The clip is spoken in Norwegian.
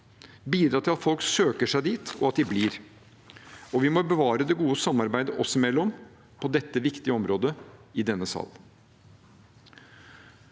bidra til at folk søker seg dit, og at de blir – og vi må bevare det gode samarbeidet oss imellom på dette viktige området i denne sal.